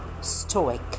stoic